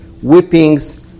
whippings